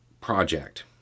project